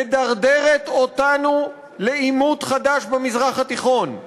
מדרדרת אותנו לעימות חדש במזרח התיכון,